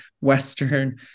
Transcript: Western